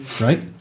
right